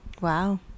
Wow